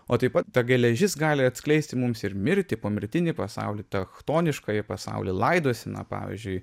o taip pat ta geležis gali atskleisti mums ir mirtį pomirtinį pasaulį tą chtoniškąjį pasaulį laidoseną pavyzdžiui